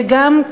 וגם,